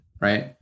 right